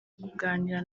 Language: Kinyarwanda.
kuganira